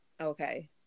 Okay